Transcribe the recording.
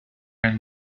and